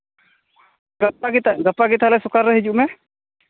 ᱜᱟᱯᱟ ᱜᱮ ᱛᱟᱦᱚᱞᱮ ᱜᱟᱯᱟ ᱜᱮ ᱛᱟᱦᱚᱞᱮ ᱥᱚᱠᱟᱞ ᱨᱮ ᱦᱤᱡᱩᱜ ᱢᱮ